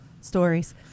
stories